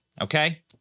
okay